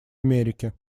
америки